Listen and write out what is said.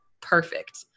perfect